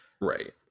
right